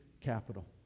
capital